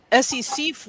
SEC